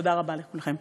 תודה רבה לכולכם.